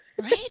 Right